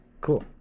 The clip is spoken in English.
cool